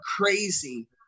crazy